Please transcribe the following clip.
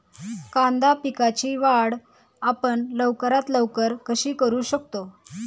कांदा पिकाची वाढ आपण लवकरात लवकर कशी करू शकतो?